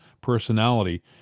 personality